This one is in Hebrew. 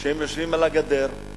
שהם יושבים על הגדר,